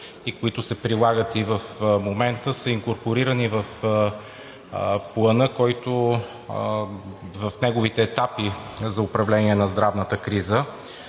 и които се прилагат в момента, са инкорпорирани в Плана, в неговите етапи за управление на здравната криза.